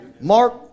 Mark